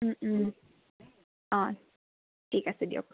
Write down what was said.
অঁ ঠিক আছে দিয়ক